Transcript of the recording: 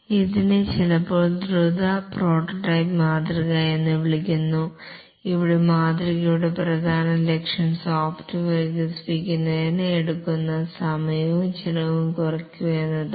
ഇതിനെ ചിലപ്പോൾ ദ്രുത പ്രോട്ടോടൈപ്പിംഗ് മാതൃക എന്ന് വിളിക്കുന്നു ഇവിടെ മാതൃകയുടെ പ്രധാന ലക്ഷ്യം സോഫ്റ്റ്വെയർ വികസിപ്പിക്കുന്നതിന് എടുക്കുന്ന സമയവും ചെലവും കുറയ്ക്കുക എന്നതാണ്